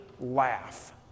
laugh